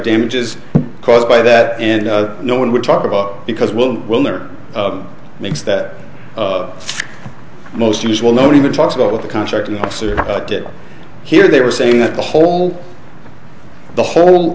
damages caused by that and no one would talk about because we'll we'll never makes that most unusual nobody talks about what the contracting officer did here they were saying that the whole the whole